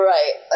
Right